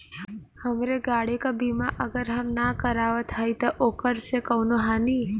हमरे गाड़ी क बीमा अगर हम ना करावत हई त ओकर से कवनों हानि?